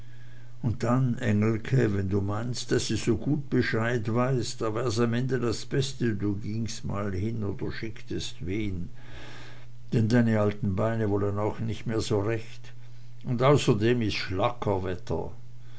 und dann engelke wenn du meinst daß sie so gut bescheid weiß da wär's am ende das beste du gingst mal hin oder schicktest wen denn deine alten beine wollen auch nich mehr so recht und außerdem is